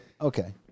okay